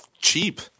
cheap